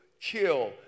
kill